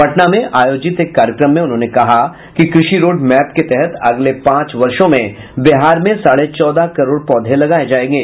पटना में आयोजित एक कार्यक्रम में उन्होंने कहा कि कृषि रोड मैप के तहत अगले पांच वर्षो में बिहार में साढ़े चौदह करोड़ पौधे लगाये जायेंगे